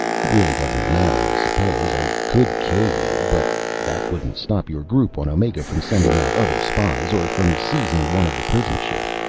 it really doesn't matter. i suppose i could kill you. but that wouldn't stop your group on omega from sending out other spies, or from seizing one of the prison ships.